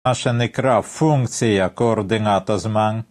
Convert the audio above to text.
מה שנקרא פונקציה, קורדינת הזמן